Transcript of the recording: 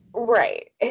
Right